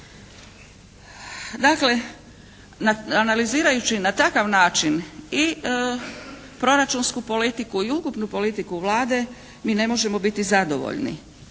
Dakle na, analizirajući na takav način i proračunsku politiku i ukupnu politiku Vlade mi ne možemo biti zadovoljni.